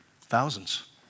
Thousands